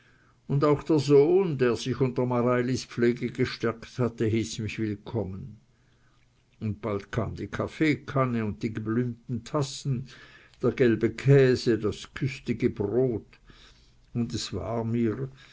hand auch der sohn der sich unter mareilis pflege gestärkt hatte hieß mich willkommen und bald kam die kaffeekanne und die geblümten tassen der gelbe käse das küstige brot und es war mir